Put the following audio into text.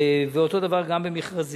ואותו דבר גם במכרזים.